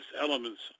elements